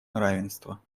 равенства